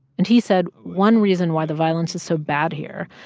and he said one reason why the violence is so bad here,